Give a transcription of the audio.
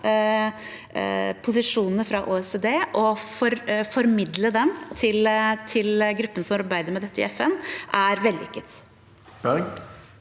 posisjonene fra OECD og formidle dem til gruppen som arbeider med dette i FN, er vellykket.